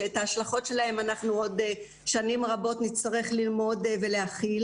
השלכות שלעוד שנים רבות נצטרך ללמוד ולהכיל